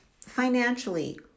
financially